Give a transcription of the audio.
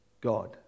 God